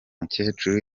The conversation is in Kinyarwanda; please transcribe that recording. mukecuru